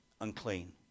unclean